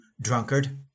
drunkard